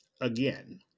Again